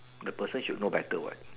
the person should know better what